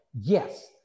Yes